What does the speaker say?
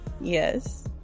Yes